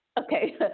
Okay